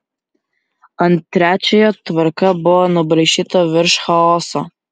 ant trečiojo tvarka buvo nubraižyta virš chaoso